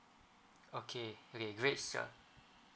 okay okay great sir